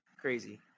Crazy